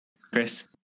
Chris